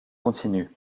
continuent